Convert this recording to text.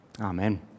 Amen